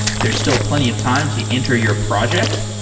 there's still plenty of time to enter your project.